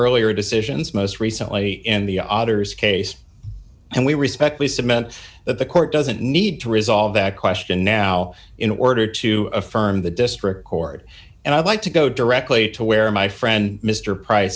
earlier decisions most recently in the otter's case and we respect lisa meant that the court doesn't need to resolve that question now in order to affirm the district court and i'd like to go directly to where my friend mr price